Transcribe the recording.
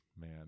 man